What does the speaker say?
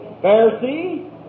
Pharisee